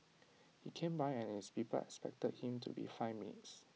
he came by and his people expected him to be five minutes